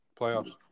Playoffs